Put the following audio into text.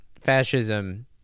fascism